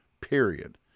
period